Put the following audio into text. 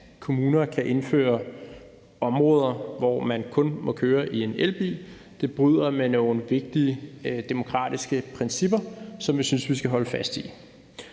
at kommuner kan indføre områder, hvor man kun må køre i en elbil, bryder med nogle vigtige demokratiske principper, som jeg synes vi skal holde fast i.